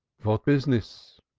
what business?